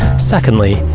secondly,